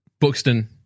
Buxton